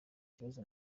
kibazo